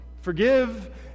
Forgive